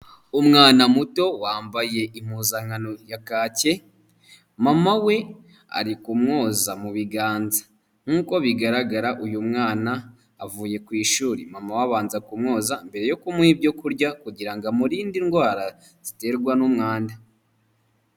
Umwana muto wambaye impuzankano ya kake, mama we ari kumwoza mu biganza. Nk'uko bigaragara uyu mwana avuye ku ishuri, mama we abanza kumwoza mbere yo kumuha ibyo kurya, kugira ngo amurinde indwara ziterwa n'umwanda.